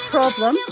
Problem